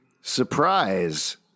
surprise